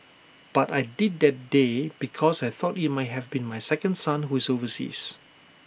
but I did that day because I thought IT might have been my second son who is overseas